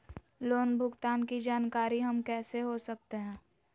Loan भुगतान की जानकारी हम कैसे हो सकते हैं?